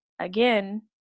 again